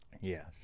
Yes